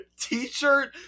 t-shirt